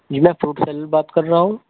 جی میں fruit seller بات کر رہا ہوں